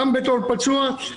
גם בתור פצוע,